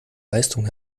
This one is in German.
leistung